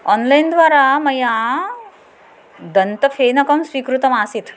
आन्लैन्द्वारा मया दन्तफेनकं स्वीकृतमासीत्